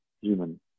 human